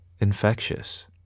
infectious